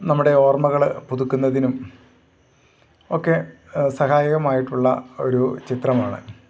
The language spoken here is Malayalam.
നമ്മുടെ ഓർമ്മകൾ പുതുക്കുന്നതിനും ഒക്കെ സഹായകമായിട്ടുള്ള ഒരു ചിത്രമാണ്